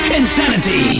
insanity